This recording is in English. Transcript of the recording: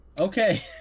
Okay